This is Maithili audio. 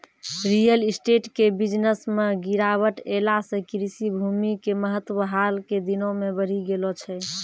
रियल स्टेट के बिजनस मॅ गिरावट ऐला सॅ कृषि भूमि के महत्व हाल के दिनों मॅ बढ़ी गेलो छै